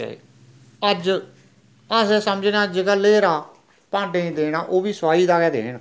ते अज्ज अस समझने अज्ज कल्ल लेरा भांडें गी देना ओह् बी सोआही दा गै देन